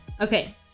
Okay